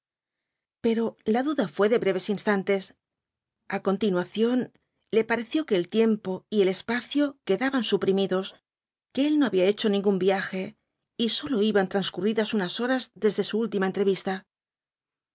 pero la duda fué de breves instantes a continuación le pareció que el tiempo y el espacio quedaban suprimidos que él no había hecho ningún viaje y sólo iban transcurridas unas horas desde su última entrevista